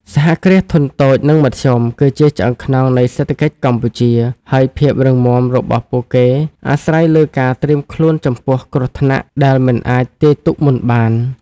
សហគ្រាសធុនតូច និងមធ្យម គឺជាឆ្អឹងខ្នងនៃសេដ្ឋកិច្ចកម្ពុជា ហើយភាពរឹងមាំរបស់ពួកគេអាស្រ័យលើការត្រៀមខ្លួនចំពោះគ្រោះថ្នាក់ដែលមិនអាចទាយទុកមុនបាន។